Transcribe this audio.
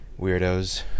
weirdos